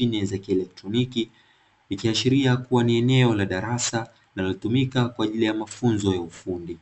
vya kielektroniki. Ikionekana ni eneo la darasa linalotumika kwa ajili ya mafunzo ya ufundi.